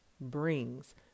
brings